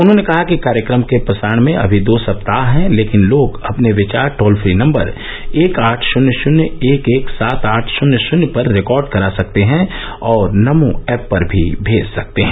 उन्होंने कहा कि कार्यक्रम के प्रसारण में अभी दो सप्ताह है लेकिन लोग अपने विचार टोल फ्री नम्बर एक आठ शन्य शन्य एक एक सात आठ शन्य शन्य पर रिकॉर्ड करा सकते हैं और नमो एप पर भी भेज सकते हैं